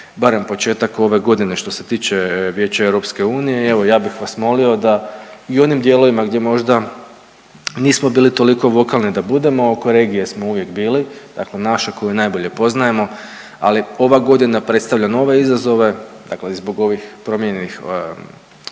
barem početak ove godine što se tiče Vijeća EU i evo ja bih vas molio da i u onim dijelovima gdje možda nismo bili toliko vokalni da budemo. Oko regije smo uvijek bili. Dakle, naša koju najbolje poznajemo, ali ova godina predstavlja nove izazove dakle i zbog ovih promijenjenih